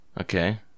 Okay